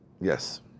Yes